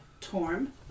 Torm